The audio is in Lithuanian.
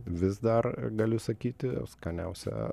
vis dar galiu sakyti skaniausia